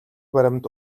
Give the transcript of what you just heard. баримт